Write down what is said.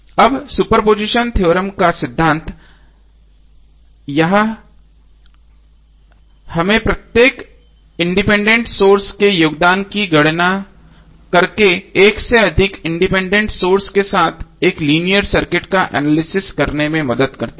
अब superposition theorem का यह सिद्धांत हमें प्रत्येक इंडिपेंडेंट सोर्स के योगदान की गणना करके एक से अधिक इंडिपेंडेंट सोर्स के साथ एक लीनियर सर्किट का एनालिसिस करने में मदद करता है